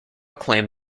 acclaim